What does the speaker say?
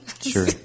Sure